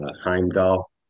Heimdall